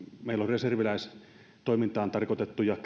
meillä on reserviläistoimintaan tarkoitettuja